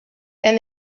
and